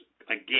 again